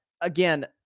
again